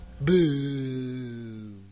Boo